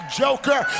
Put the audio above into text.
joker